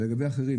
לגבי אחרים,